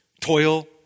toil